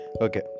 Okay